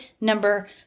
number